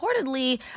reportedly